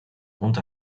und